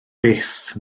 byth